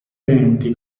denti